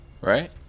Right